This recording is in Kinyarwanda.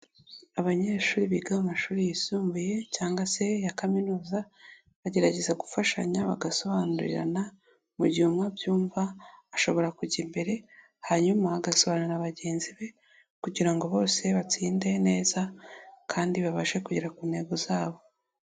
Abanyeshuri biga mu amashuri yisumbuye cyangwa se ya kaminuza, bagerageza gufashanya bagasobanurirana mu gihe umwe abyumva ashobora kujya imbere, hanyuma agasobanura bagenzi be, kugira ngo bose batsinde neza kandi babashe kugera ku ntego zabo.